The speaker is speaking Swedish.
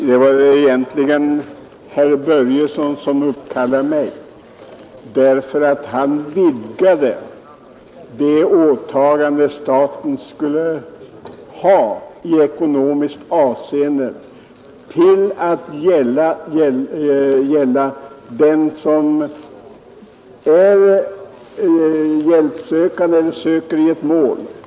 Herr talman! Det var egentligen herr Börjesson i Falköping som uppkallade mig, ty han vidgade statens åtagande i ekonomiskt avseende till att gälla även sådana fall där den hjälpsökande förlorar ett mål.